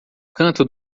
canto